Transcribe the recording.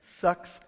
sucks